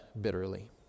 bitterly